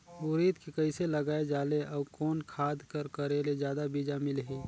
उरीद के कइसे लगाय जाले अउ कोन खाद कर करेले जादा बीजा मिलही?